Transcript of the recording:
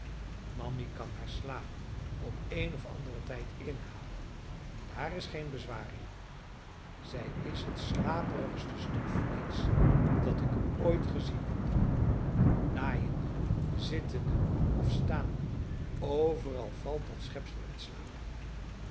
mammy kan haar slaap op een of anderen tijd inhalen daar is geen bezwaar in zij is het slaperigste stuk vleesch dat ik ooit gezien heb naaiende zittende of staande overal valt dat schepsel in slaap